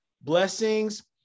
Blessings